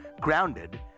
grounded